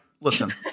Listen